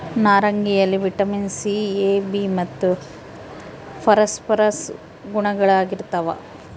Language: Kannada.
ನಾರಂಗಿಯಲ್ಲಿ ವಿಟಮಿನ್ ಸಿ ಎ ಬಿ ಮತ್ತು ಫಾಸ್ಫರಸ್ ಗುಣಗಳಿರ್ತಾವ